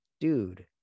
Dude